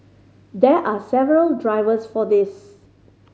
there are several drivers for this